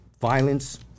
violence